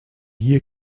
hier